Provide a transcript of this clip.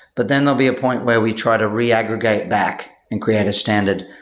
but then there'll be a point where we try to re-aggregate back and create a standard.